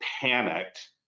panicked